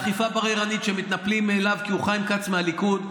זאת אכיפה בררנית ומתנפלים עליו כי הוא חיים כץ מהליכוד.